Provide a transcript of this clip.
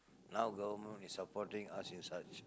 now government is supporting us in such